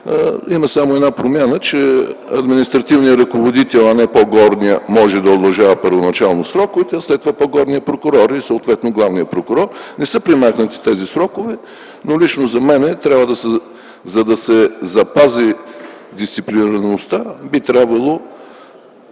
Има само една промяна, че административният ръководител, а не по-горният може да удължава първоначално сроковете, а след това – по-горният прокурор и съответно главният прокурор. Не са премахнати тези срокове, но лично за мен, за да се запази дисциплинираността, би трябвало